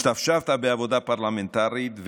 השתפשפת בעבודה הפרלמנטרית,